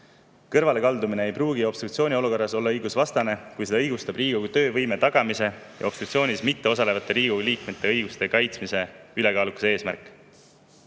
kõrvalekaldumine ei pruugi obstruktsiooni olukorras olla õigusvastane, kui seda õigustab Riigikogu töövõime tagamise ja obstruktsioonis mitteosalevate Riigikogu liikmete õiguste kaitsmise ülekaalukas eesmärk.